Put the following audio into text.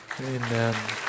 Amen